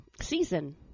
season